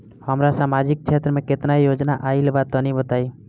हमरा समाजिक क्षेत्र में केतना योजना आइल बा तनि बताईं?